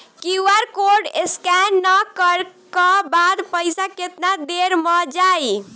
QR code scan न करे क बाद पइसा केतना देर म जाई?